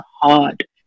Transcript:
hard